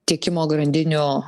tiekimo grandinių